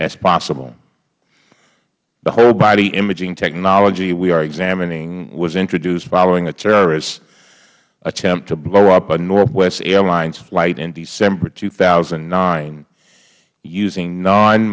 as possible the whole body imaging technology we are examining was introduced following a terrorist attempt to blow up a northwest airlines flight in december two thousand and nine using non